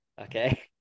okay